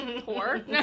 Poor